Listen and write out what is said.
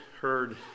heard